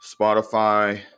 Spotify